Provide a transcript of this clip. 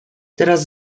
teraz